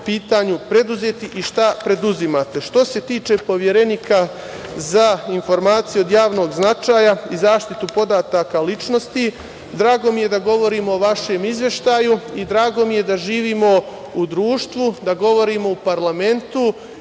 preduzeti i šta preduzimate. Što se tiče Poverenika za informacije od javnog značaja i zaštitu podataka o ličnosti, drago mi je da govorimo o vašem izveštaju i drago mi je da živimo u društvu, da govorimo u parlamentu